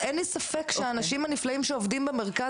אין לי ספק שהאנשים הנפלאים שעובדים במרכז